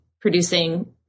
producing